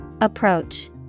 Approach